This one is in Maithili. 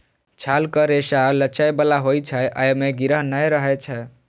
छालक रेशा लचै बला होइ छै, अय मे गिरह नै रहै छै